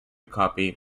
copy